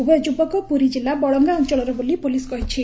ଉଭୟ ଯୁବକ ପୁରୀ ଜିଲ୍ଲା ବଳଙ୍ଗା ଅଞ୍ଚଳର ବୋଲି ପୋଲିସ କହିଛି